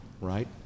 right